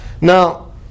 Now